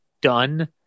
done